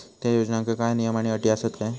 त्या योजनांका काय नियम आणि अटी आसत काय?